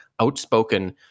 outspoken